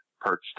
perched